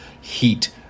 heat